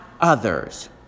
others